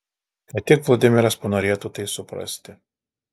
kad tik vladimiras panorėtų tai suprasti